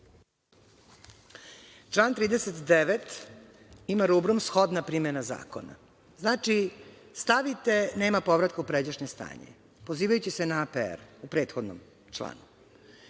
Član 39. ima rubrum – shodna primena zakona. Znači, stavite – nema povratka u pređašnje stanje, pozivajući se na APR u prethodnom članu,